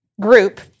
group